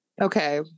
Okay